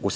u